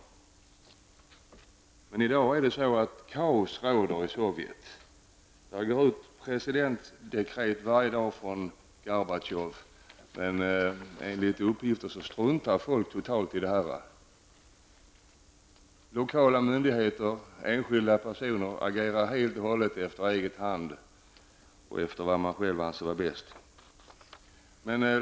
Men i dag råder kaos i Sovjetunionen. Det utgår presidentdekret varje dag från Gorbatjov. Men enligt uppgifter struntar folk helt i det här. Lokala myndigheter och enskilda personer agerar helt och hållet på egen hand och efter vad de själva anser vara bäst.